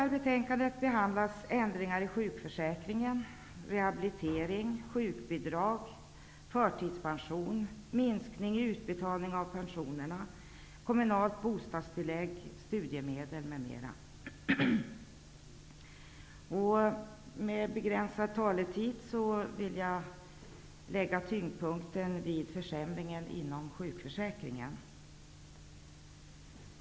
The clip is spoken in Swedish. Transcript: I betänkandet behandlas ändringar i sjukförsäkringen, rehabilitering, sjukbidrag, förtidspension, minskningar i utbetalning av pensionerna, kommunalt bostadstillägg, studiemedel m.m. Med tanke på begränsad taletid vill jag lägga tyngdpunkten vid försämringarna inom sjukförsäkringen.